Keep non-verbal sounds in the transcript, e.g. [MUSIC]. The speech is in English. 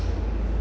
[NOISE]